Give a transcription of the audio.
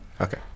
Okay